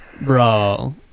Bro